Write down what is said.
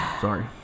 sorry